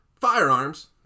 firearms